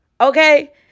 Okay